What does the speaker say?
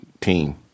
team